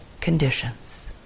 conditions